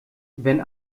wenn